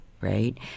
right